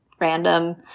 random